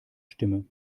stimme